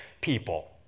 people